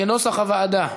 כנוסח הוועדה.